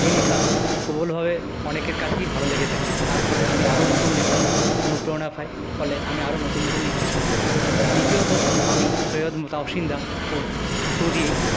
এই লেখা প্রবলভাবে অনেকের কাছেই ভালো লেগে থাকে তার ফলে আমি আরও নতুন লেখার অনুপ্রেরণা পাই ফলে আমি আরও নতুন নতুন লিখতে শুরু করি তৃতীয়ত আমি সৈয়দ তাহশিনদা ও ওর থ্রু দিয়েই